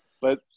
but-